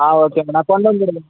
ஆ okay madam நான் கொண்டு வந்து